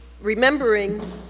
remembering